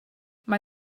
mae